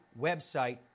website